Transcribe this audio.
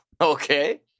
Okay